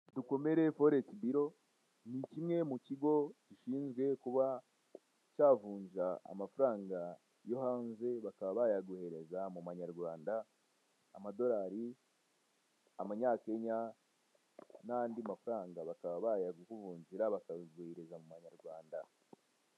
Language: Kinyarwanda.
Dukomere foregisi biro ni kimwe mu kigo gishinzwe kuba cyavunja amafaranga yo hanze bakaba bayaguhereza mu manyarwanda. Amadorari, amanyakenya n'andi mafaranga bakaba bayakuvunjira bakayaguhereza mu manyarwanda.